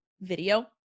video